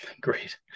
Great